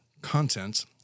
content